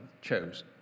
chose